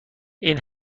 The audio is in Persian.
این